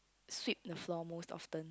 sweep the floor most often